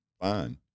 fine